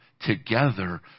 together